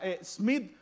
Smith